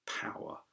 power